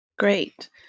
Great